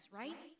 right